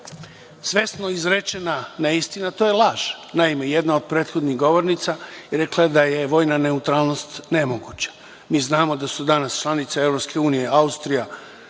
svesno izrečena neistina to je laž. Naime, jedna od prethodnih govornica je rekla da je vojna neutralnost nemoguća. Mi znamo da su danas članice Evropske